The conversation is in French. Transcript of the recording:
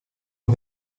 eux